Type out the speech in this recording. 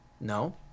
no